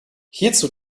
hierzu